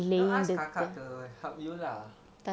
no ask kakak to help you lah